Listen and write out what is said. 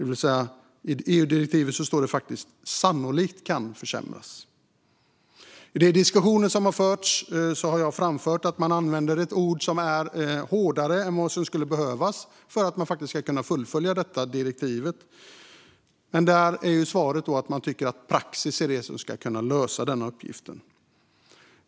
I EU-direktivet står det faktiskt "sannolikt kan försämras". I den diskussion som förts har jag framfört att man använder ett ord som är hårdare än vad som skulle behövas för att kunna fullfölja detta direktiv. Men svaret har varit att man tycker att praxis är det som ska lösa uppgiften.